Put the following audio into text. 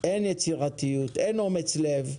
אין יצירתיות, אין אומץ לב.